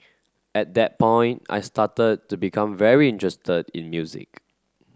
at that point I started to become very interested in music